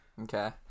Okay